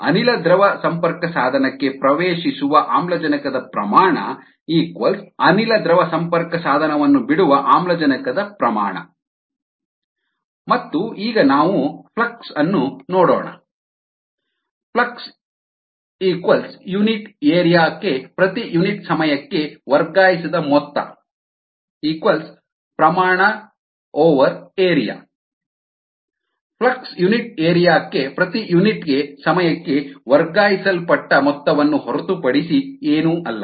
ಅನಿಲ ದ್ರವ ಸಂಪರ್ಕಸಾಧನಕ್ಕೆ ಪ್ರವೇಶಿಸುವ ಆಮ್ಲಜನಕದ ಪ್ರಮಾಣ ಅನಿಲ ದ್ರವ ಸಂಪರ್ಕಸಾಧನವನ್ನು ಬಿಡುವ ಆಮ್ಲಜನಕದ ಪ್ರಮಾಣ ಮತ್ತು ಈಗ ನಾವು ಫ್ಲಕ್ಸ್ ಅನ್ನು ನೋಡೋಣ ಫ್ಲಕ್ಸ್ ಯುನಿಟ್ ಏರಿಯಾ ಕ್ಕೆ ಪ್ರತಿ ಯುನಿಟ್ ಸಮಯಕ್ಕೆ ವರ್ಗಾಯಿಸಿದ ಮೊತ್ತ ಪ್ರಮಾಣ ಏರಿಯಾ ಫ್ಲಕ್ಸ್ ಯುನಿಟ್ ಏರಿಯಾ ಕ್ಕೆ ಪ್ರತಿ ಯುನಿಟ್ ಸಮಯಕ್ಕೆ ವರ್ಗಾಯಿಸಲ್ಪಟ್ಟ ಮೊತ್ತವನ್ನು ಹೊರತುಪಡಿಸಿ ಏನೂ ಅಲ್ಲ